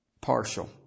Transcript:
Partial